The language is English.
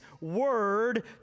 word